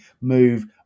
move